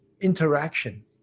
interaction